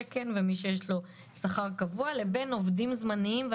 ויש לו תקן ומי שיש לו שכר קבוע ובין עובדים זמניים.